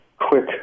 quick